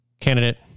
candidate